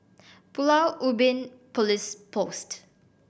Pulau Ubin Police Post